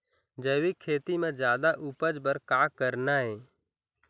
जैविक खेती म जादा उपज बर का करना ये?